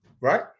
Right